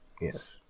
Yes